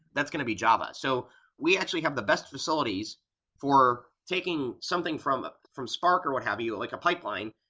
that's going to be java. so we actually have the best facilities for taking something from ah from spark or what have you, like a pipeline,